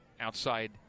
outside